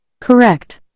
Correct